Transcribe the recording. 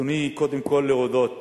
ברצוני קודם כול להודות